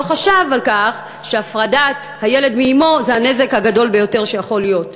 לא חשב שהפרדת הילד מאמו זה הנזק הגדול ביותר שיכול להיות.